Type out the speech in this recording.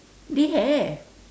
they have